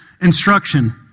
instruction